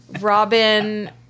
Robin